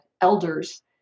elders